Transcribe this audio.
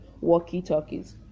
walkie-talkies